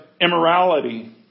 immorality